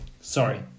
sorry